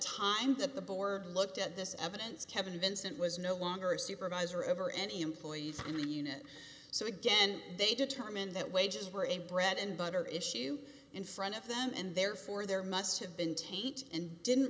time the board looked at this evidence kevin vincent was no longer a supervisor ever any employees in the unit so again they determined that wages were a bread and butter issue in front of them and therefore there must have been taint and didn't